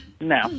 no